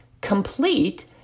complete